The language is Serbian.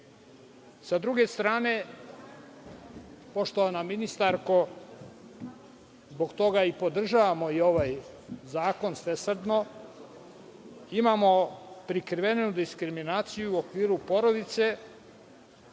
druge strane, poštovana ministarko, zbog toga i podržavamo i ovaj zakon svesrdno, imamo prikrivenu diskriminaciju u okviru porodice